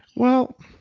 well,